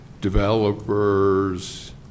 developers